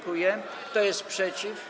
Kto jest przeciw?